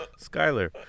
Skyler